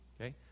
Okay